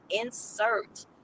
insert